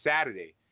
Saturday